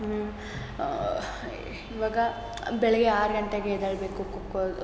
ಇವಾಗ ಬೆಳಗ್ಗೆ ಆರು ಗಂಟೆಗೆ ಎದ್ದೇಳ್ಬೇಕು ಖೋಖೋ